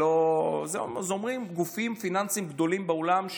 את זה אומרים גופים פיננסיים גדולים בעולם,